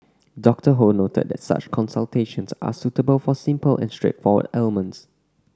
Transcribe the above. Doctor Ho noted that such consultations are suitable for simple and straightforward ailments